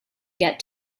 get